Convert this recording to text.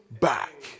back